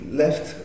left